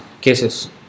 cases